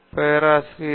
பேராசிரியர் எஸ்